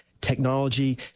technology